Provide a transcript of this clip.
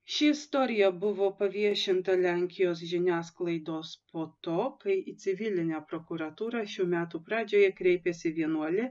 ši istorija buvo paviešinta lenkijos žiniasklaidos po to kai į civilinę prokuratūrą šių metų pradžioje kreipėsi vienuolė